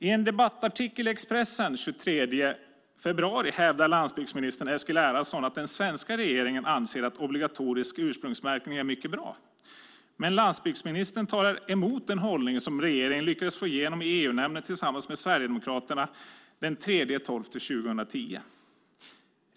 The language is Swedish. I en debattartikel i Expressen den 23 februari hävdar landsbygdsminister Eskil Erlandsson att den svenska regeringen anser att obligatorisk ursprungsmärkning är mycket bra, men landsbygdsministern talar emot den hållning som regeringen lyckades få igenom i EU-nämnden tillsammans med Sverigedemokraterna den 3 december 2010.